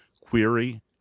query